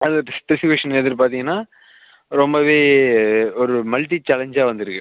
அதுக்கு ஸ்பெஸிஃபிகேஷன் எதிர் பார்த்தீங்கன்னா ரொம்பவே ஒரு மல்ட்டி சேலஞ்சாக வந்திருக்கு